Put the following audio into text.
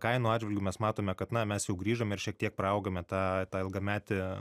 kainų atžvilgiu mes matome kad na mes jau grįžome ir šiek tiek praaugome tą tą ilgametį